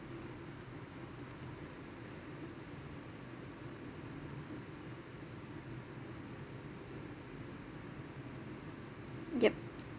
yup